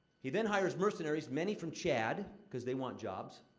he then hires mercenaries many from chad, cause they want jobs.